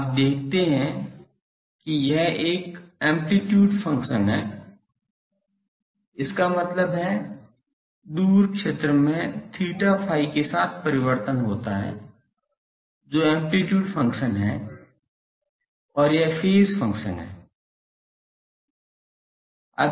आप देखते हैं कि यह एक ऐंप्लिट्यूड फ़ंक्शन है इसका मतलब है दूर क्षेत्र में theta phi के साथ परिवर्तन होता है जो ऐंप्लिट्यूड फ़ंक्शन है और यह फेज फ़ंक्शन है